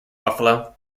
buffalo